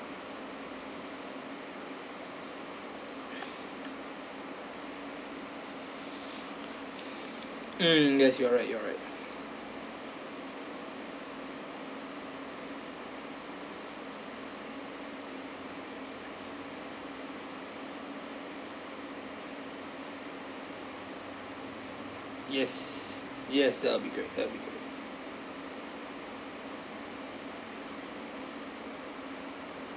mm yes you're right you're right yes yes that'll be great that'll be great